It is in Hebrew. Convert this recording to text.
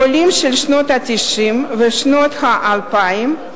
עולים של שנות ה-90 ושנות האלפיים,